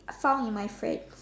found in my friend